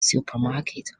supermarket